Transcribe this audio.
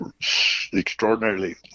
extraordinarily